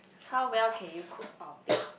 how well can you cook or bake